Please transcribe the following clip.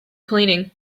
cleaning